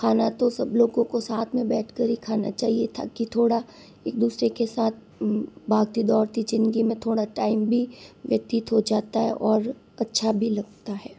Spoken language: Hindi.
खाना तो सब लोगों को साथ में बैठ कर ही खाना चाहिए ताकि थोड़ा एक दूसरे के साथ भागती दौड़ती ज़िंदगी में थोड़ा टाइम भी व्यतीत हो जाता है और अच्छा भी लगता है